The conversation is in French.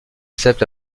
accepte